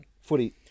footy